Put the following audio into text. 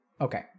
Okay